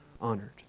honored